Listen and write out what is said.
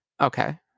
okay